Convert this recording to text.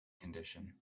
condition